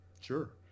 Sure